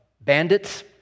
Bandits